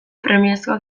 premiazkoak